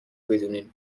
بدونین